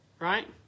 right